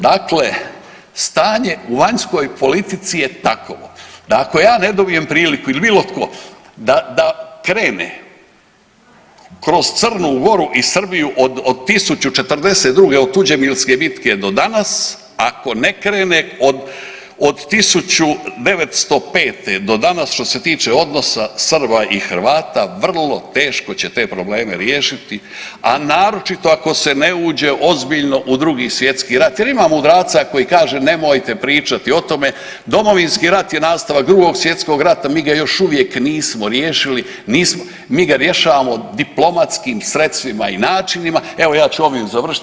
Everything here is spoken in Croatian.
Dakle, stanje u vanjskoj politici je takovo da ako ja ne dobijem priliku ili bilo tko, da krene kroz Crnu Goru i Srbiju od 1042. od Tuđemilske bitke do danas, ako ne krene od 1905. do danas, što se tiče odnosa Srba i Hrvata, vrlo teško će te probleme riješiti, a naročito ako se ne uđe ozbiljno u II. svj. rat jer ima mudraca koji kaže nemojte pričati o tome, Domovinski rat je nastavak II. svj. rata, mi ga još uvijek nismo riješili, nismo, mi ga rješavamo diplomatskim sredstvima i načinima, evo, ja ću ovim završiti.